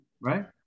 Right